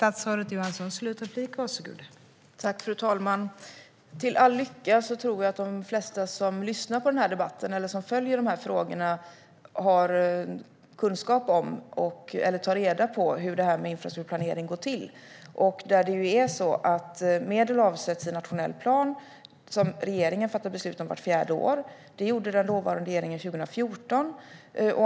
Fru talman! Till all lycka tror jag att de flesta som lyssnar på debatten eller följer dessa frågor har kunskap om, eller tar reda på, hur infrastrukturplanering går till. Medel avsätts i nationell plan, som regeringen fattar beslut om vart fjärde år. Det gjorde den dåvarande regeringen 2014.